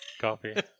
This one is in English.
coffee